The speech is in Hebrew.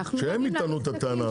שהם יטענו את הטענה הזאת.